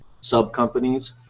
sub-companies